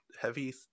heavy